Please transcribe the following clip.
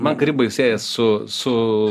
man karibai siejas su su